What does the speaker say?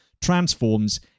transforms